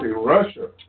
Russia